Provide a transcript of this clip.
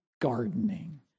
gardening